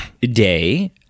day